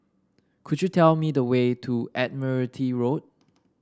could you tell me the way to Admiralty Road